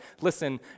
Listen